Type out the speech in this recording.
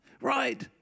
right